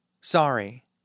Sorry